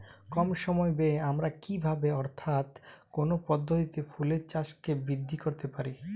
কম সময় ব্যায়ে আমরা কি ভাবে অর্থাৎ কোন পদ্ধতিতে ফুলের চাষকে বৃদ্ধি করতে পারি?